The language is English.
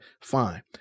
fine